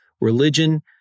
religion